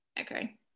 okay